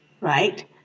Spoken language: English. right